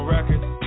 Records